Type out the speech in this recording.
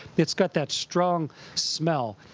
it's got that strong smell.